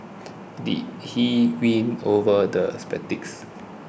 did he win over the